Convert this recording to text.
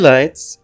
Lights